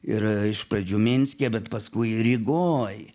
ir iš pradžių minske bet paskui rygoj